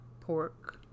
pork